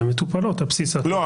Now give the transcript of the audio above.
הם מטופלות על בסיס --- לא,